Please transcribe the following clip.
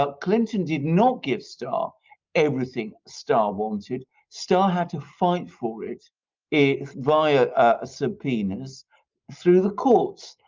ah clinton did not give starr everything starr wanted starr had to fight for it it via ah subpoenas through the courts.